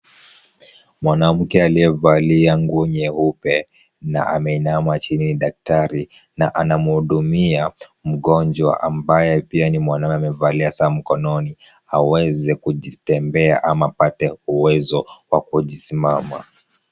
Mwanamke aliyevalia nguo nyeupe na ameinama chini daktari na anamhudumia mgonjwa ambaye pia ni mwanaume amevalia saa mkononi aweze kujitembea ama apate uwezo wa kujisimama.